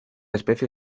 especie